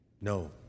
No